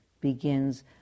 begins